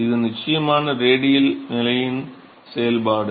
இது நிச்சயமாக ரேடியல் நிலையின் செயல்பாடு